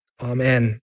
Amen